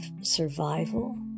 survival